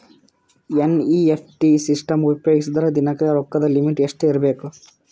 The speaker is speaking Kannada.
ಎನ್.ಇ.ಎಫ್.ಟಿ ಸಿಸ್ಟಮ್ ಉಪಯೋಗಿಸಿದರ ದಿನದ ರೊಕ್ಕದ ಲಿಮಿಟ್ ಎಷ್ಟ ಇರಬೇಕು?